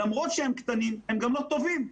למרות שהם קטנים הם גם לא טובים.